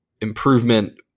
improvement